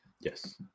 yes